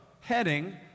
heading